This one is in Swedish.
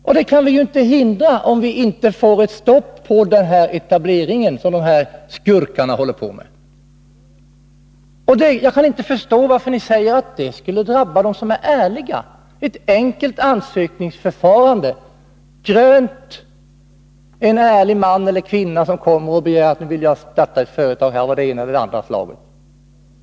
z Detta kan vi ju inte hindra om vi inte får ett stopp för den etablering som de här skurkarna håller på med. Jag kan inte förstå varför ni säger att det skulle drabba dem som är ärliga. Det är ett enkelt ansökningsförfarande för en ärlig man eller kvinna som kommer och begär att få starta ett företag av det ena eller det andra slaget.